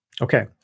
okay